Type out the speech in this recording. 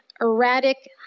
erratic